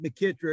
McKittrick